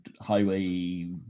highway